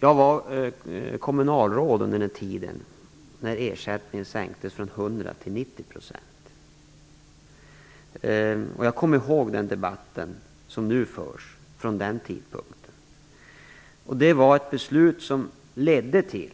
Jag var kommunalråd under den tid då ersättningen sänktes från 100 % till 90 %. Jag känner igen den debatt som nu förs från den tidpunkten. Det var ett beslut som ledde till